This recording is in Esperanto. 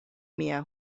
mia